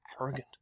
arrogant